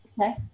Okay